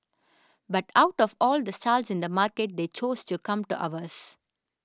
but out of all the stalls in the market they chose to come to ours